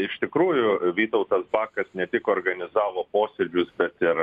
iš tikrųjų vytautas bakas ne tik organizavo posėdžius bet ir